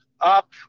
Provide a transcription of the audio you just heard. Up